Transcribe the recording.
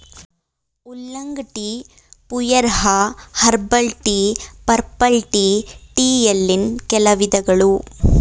oolong tea, pu erh, herbal tea, purple tea ಟೀಯಲ್ಲಿನ್ ಕೆಲ ವಿಧಗಳು